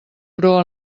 però